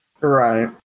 Right